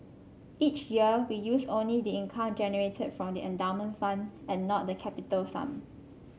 each year we use only the income generated from the endowment fund and not the capital sum